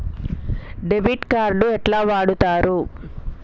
Debit card ఎట్లా వాడుతరు?